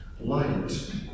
light